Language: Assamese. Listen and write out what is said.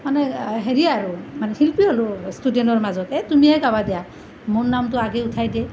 মানে হেৰি আৰু মানে শিল্পী হলোঁ ষ্টুডেণ্টৰ মাজত এ তুমিয়েই গাবা দিয়া মোৰ নামটো আগেয়ে উঠাই দিয়ে